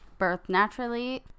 birthnaturally